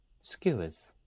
skewers